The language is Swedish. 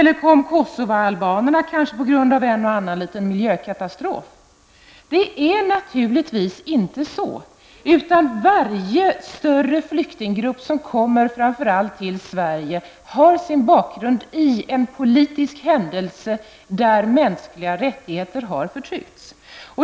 Kom Kosovo-albanerna kanske på grund av en och annan liten miljökatastrof? Det är naturligtvis inte så, utan varje större flyktinggrupp som kommer, framför allt till Sverige, har sin bakgrund i en politisk händelse där mänskliga rättigheter har förtryckts.